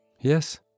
Yes